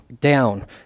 down